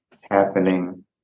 happening